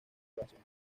grabación